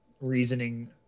reasoning